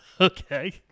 Okay